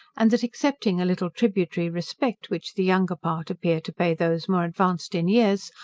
and that excepting a little tributary respect which the younger part appear to pay those more advanced in years,